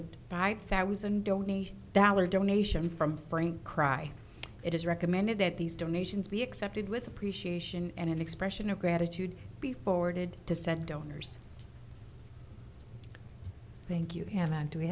a five thousand donation dollars donation from frank cry it is recommended that these donations be accepted with appreciation and an expression of gratitude be forwarded to said donors thank you and i do